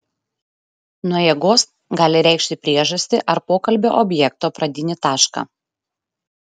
nuo jėgos gali reikšti priežastį ar pokalbio objekto pradinį tašką